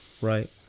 right